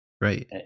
Right